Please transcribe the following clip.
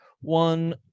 one